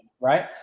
Right